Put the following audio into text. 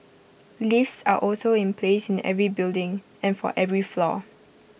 lifts are also in place in every building and for every floor